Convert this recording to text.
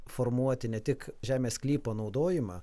formuoti ne tik žemės sklypo naudojimą